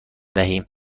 دهیم